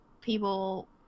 people